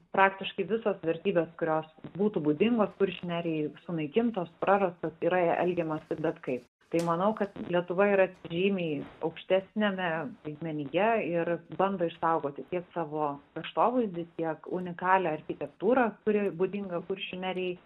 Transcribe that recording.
praktiškai visos vertybės kurios būtų būdingos kuršių nerijai sunaikintos prarastos yra elgiamasi bet kaip tai manau kad lietuva yra žymiai aukštesniame lygmenyje ir bando išsaugoti tiek savo kraštovaizdį tiek unikalią architektūrą kuri būdinga kuršių nerijai